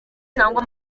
cyangwa